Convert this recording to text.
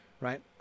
Right